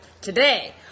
today